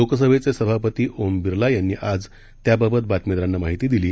लोकसभेचे सभापती ओम बिर्ला यांनी आज त्याबाबत बातमीदारांना माहिती दिली